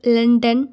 London